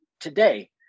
today